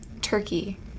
Turkey